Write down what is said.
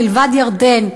מלבד ירדן,